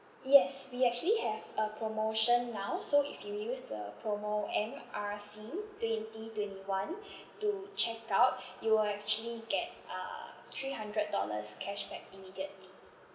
yes we actually have a promotion now so if you use the promo M R C twenty twenty one to check out you will actually get uh three hundred dollars cashback immediately